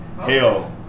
Hell